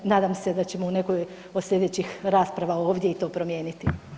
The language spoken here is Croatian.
Nadam se da ćemo u nekoj od slijedećih rasprava ovdje i to promijeniti.